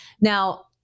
Now